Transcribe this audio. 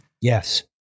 Yes